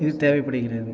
இது தேவைப்படுகிறது